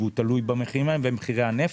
וזה תלוי בזה ובמחירי הנפט.